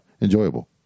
enjoyable